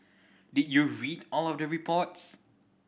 did you read all of the reports